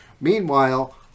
Meanwhile